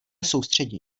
soustředění